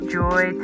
joy